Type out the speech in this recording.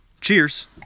cheers